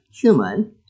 human